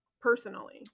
Personally